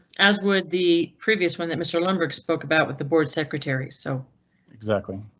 as would the previous one that mr. lundberg spoke about with the board secretary. so exactly.